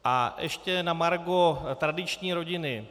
A ještě na margo tradiční rodiny.